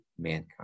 mankind